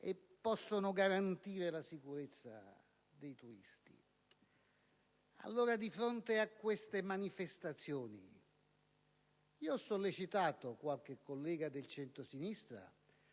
e possono garantire la sicurezza dei turisti. Di fronte a simili manifestazioni, io ho sollecitato alcuni colleghi del centrosinistra